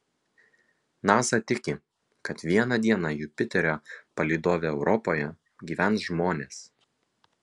nasa tiki kad vieną dieną jupiterio palydove europoje gyvens žmonės